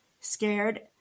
scared